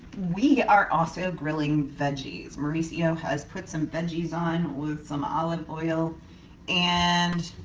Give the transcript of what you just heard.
we are also grilling veggies. mauricio has put some veggies on with some olive oil and